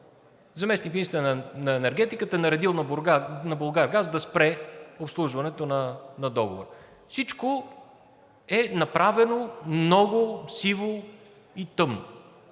заместник-министърът на енергетиката е наредил на „Булгаргаз“ да спре обслужването на Договора. Всичко е направено много сиво и тъмно